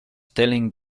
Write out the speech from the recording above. telling